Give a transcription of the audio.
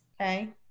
okay